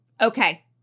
okay